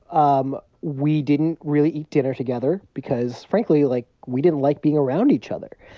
um we didn't really eat dinner together because, frankly, like, we didn't like being around each other.